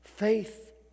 Faith